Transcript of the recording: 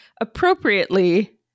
appropriately